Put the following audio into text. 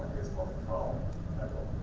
it's called crawl title.